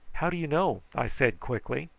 how do you know? i said quickly.